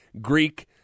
Greek